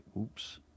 oops